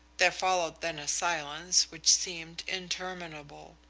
there followed then a silence which seemed interminable.